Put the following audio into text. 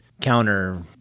counter